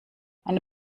eine